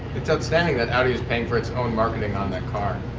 it's outstanding that audi is paying for its own marketing on that car.